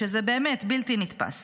שזה באמת בלתי נתפס.